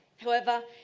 however,